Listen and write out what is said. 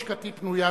לשכתי פנויה,